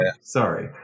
Sorry